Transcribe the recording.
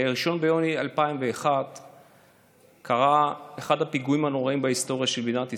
ב-1 ביוני 2001 קרה אחד הפיגועים הנוראיים בהיסטוריה של מדינת ישראל,